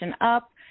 up